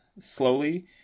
slowly